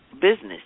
business